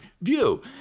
view